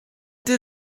did